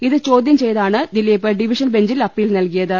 ഇത് ചോദ്യം ചെയ്താണ് ദിലീപ് ഡിവിഷൻ ബെഞ്ചിൽ അപ്പീൽ നൽകിയത്